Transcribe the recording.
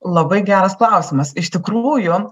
labai geras klausimas iš tikrųjų